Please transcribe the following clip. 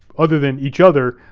other than each other,